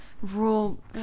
Rule